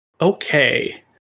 Okay